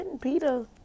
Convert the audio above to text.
Peter